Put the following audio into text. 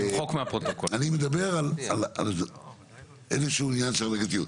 אני מדבר על איזשהו עניין של הדרגתיות.